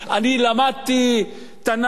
אני למדתי תנ"ך,